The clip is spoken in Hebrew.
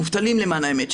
מובטלים למען האמת,